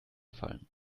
fallen